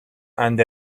and